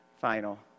final